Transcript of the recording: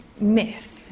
myth